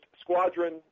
Squadron